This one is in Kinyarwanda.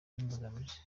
nk’imbogamizi